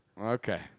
Okay